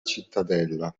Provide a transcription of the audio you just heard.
cittadella